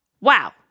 Wow